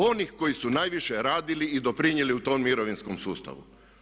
Onih koji su najviše radili i doprinijeli u tom mirovinskom sustavu.